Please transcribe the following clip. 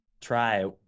try